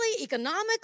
economically